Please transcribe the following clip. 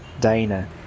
Dana